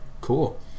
Cool